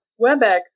WebEx